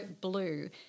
blue